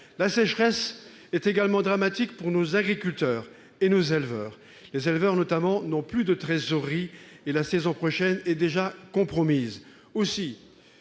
La sécheresse est également dramatique pour nos agriculteurs et nos éleveurs. Les éleveurs, notamment, n'ont plus de trésorerie, et la saison prochaine est déjà compromise.